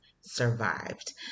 survived